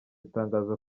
itangaza